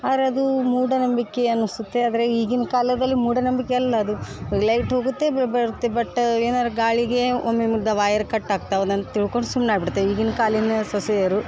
R ಅದೂ ಮೂಢನಂಬಿಕೆ ಅನಿಸುತ್ತೆ ಆದರೆ ಈಗಿನ ಕಾಲದಲ್ಲಿ ಮೂಢನಂಬಿಕೆ ಅಲ್ಲ ಅದು ಲೈಟ್ ಹೋಗುತ್ತೆ ಬರುತ್ತೆ ಬಟ್ ಏನಾರೂ ಗಾಳಿಗೆ ಒಮ್ಮೆ ಮುದ್ದ ವೈಯರ್ ಕಟ್ ಆಗ್ತವೆ ಅಂತ ತಿಳ್ಕೊಂಡು ಸುಮ್ನೆ ಆಗ್ಬಿಡ್ತೇವೆ ಈಗಿನ ಕಾಲಿನ ಸೊಸೆಯರು